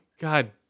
God